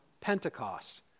Pentecost